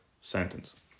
sentence